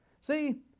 See